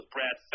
Brad